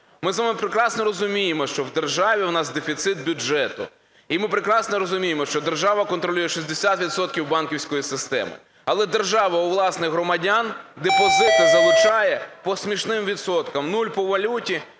Ми з вами прекрасно розуміємо, що в державі у нас дефіцит бюджету. І ми прекрасно розуміємо, що держава контролює 60 відсотків банківської системи. Але держава у власних громадян депозити залучає по смішним відсоткам: 0 – по валюті,